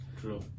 true